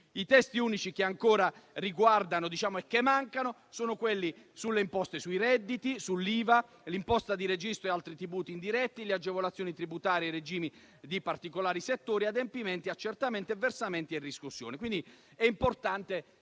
I testi unici che ancora mancano sono quelli relativi a imposte sui redditi, IVA, imposta di registro e altri tributi indiretti, agevolazioni tributarie e regimi di particolari settori, adempimenti, accertamenti, versamenti e riscossioni. È importante